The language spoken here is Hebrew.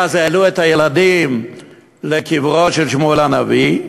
ואז העלו את הילדים לקברו של שמואל הנביא,